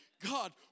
God